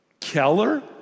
Keller